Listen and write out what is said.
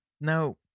Now